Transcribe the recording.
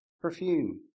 perfume